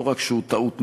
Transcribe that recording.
לא רק שהוא טעות נוראה,